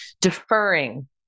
deferring